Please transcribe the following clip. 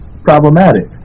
problematic